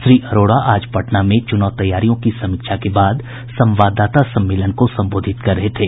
श्री अरोड़ा आज पटना में चुनाव तैयारियों की समीक्षा के बाद संवाददाता सम्मेलन को संबोधित कर रहे थे